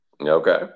okay